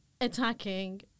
attacking